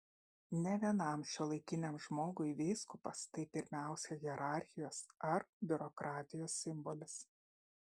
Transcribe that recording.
ne vienam šiuolaikiniam žmogui vyskupas tai pirmiausia hierarchijos ar biurokratijos simbolis